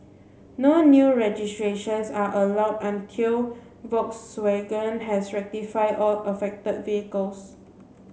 no new registrations are allowed until Volkswagen has rectified all affected vehicles